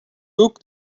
book